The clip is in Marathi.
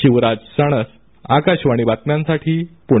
शिवराज सणस आकाशवाणी बातम्यांसाठी पुणे